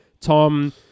Tom